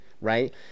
right